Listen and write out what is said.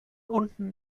unten